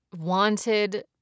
wanted